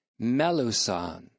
melusan